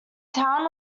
town